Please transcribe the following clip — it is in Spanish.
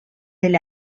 del